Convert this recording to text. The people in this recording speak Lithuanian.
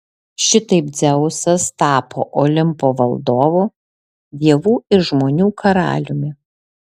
šitaip dzeusas tapo olimpo valdovu dievų ir žmonių karaliumi